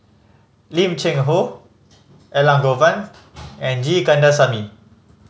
Lim Cheng Hoe Elangovan and G Kandasamy